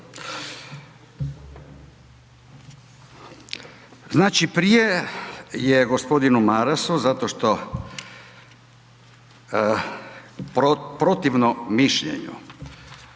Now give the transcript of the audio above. Znači, prije je g. Marasu zato što protivno mišljenju